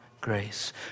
grace